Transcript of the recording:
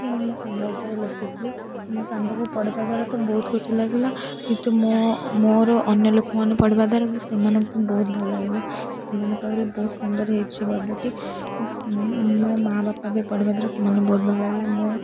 ମୁଁ ମୋ ସାଙ୍ଗ ଉପରେ ଲେଖିଥିଲି ମୋ ସାଙ୍ଗକୁ ପଢ଼ିବା ଦ୍ୱାରା ତ ବହୁତ ଖୁସି ଲାଗିଲା କିନ୍ତୁ ମୋ ମୋର ଅନ୍ୟ ଲୋକମାନେ ପଢ଼ିବା ଦ୍ୱାରା ବି ସେମାନଙ୍କୁ ବହୁତ ଭଲ ଲାଗିଲା ସେମାନେ କହିଲେ ବହୁତ ସୁନ୍ଦର ହୋଇଛି ଗଦ୍ୟଟି ମୋ ମାଆ ବାପା ବି ପଢ଼ିବା ଦ୍ୱାରା ସେମାନେ ବହୁତ ଭଲ ଲାଗିଲା ମୁଁ